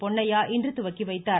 பொன்னையா இன்று துவக்கிவைத்தார்